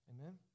Amen